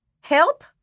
Help